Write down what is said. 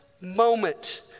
moment